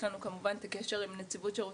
יש לנו כמובן את הקשר עם נציבות שירות